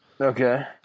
Okay